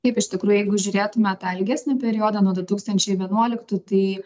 taip iš tikrųj jeigu žiūrėtume tą ilgesnį periodą nuo du tūkstančiai vienuoliktų tai